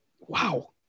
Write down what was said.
wow